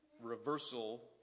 reversal